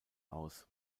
aus